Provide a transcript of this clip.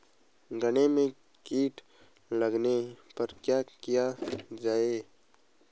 गन्ने में कीट लगने पर क्या किया जाये?